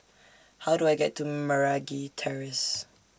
How Do I get to Meragi Terrace